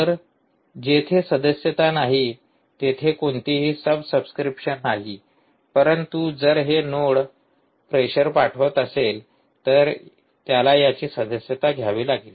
तर जेथे सदस्यता नाही तेथे कोणतीही सब सबस्क्रिप्शन नाही परंतु जर हे नोड प्रेशर पाठवत असेल तर त्याला याची सदस्यता घ्यावी लागेल